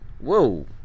Whoa